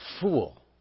fool